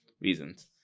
reasons